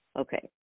Okay